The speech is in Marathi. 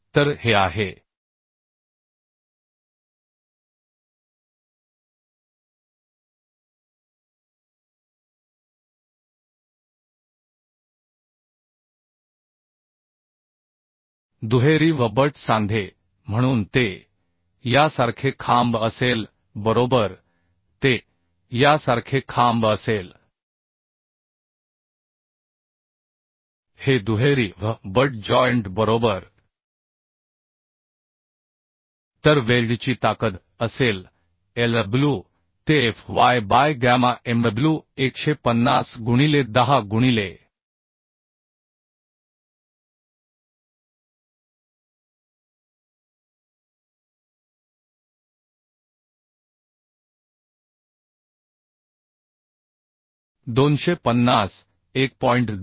तर हे आहे दुहेरी V बट सांधे म्हणून ते यासारखे खांब असेल बरोबर ते यासारखे खांब असेल हे दुहेरी V बट जॉइंट बरोबर तर वेल्डची ताकद असेल Lw te fy by gamma mw 150 गुणिले 10 गुणिले 250 1